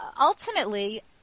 ultimately